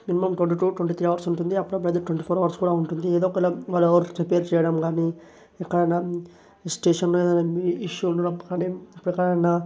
minimum twenty two twenty three hours ఉంటుంది అప్పుడప్పుడు అయితే ట్వంటీ ఫోర్ అవర్స్ కూడా ఉంటుంది ఏదో ఒకలా వాళ్ళ రిపేర్ చెయ్యడం కాని ఎక్కడైనా స్టేషన్లో ఏదైనా ఇష్యూ ఉండడం కానీ ఇప్పుడెక్కడైనా